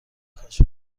کاشف